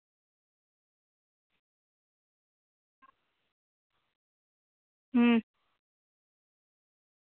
अं